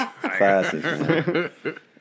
Classic